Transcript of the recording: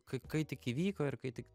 kai kai tik įvyko ir kai tik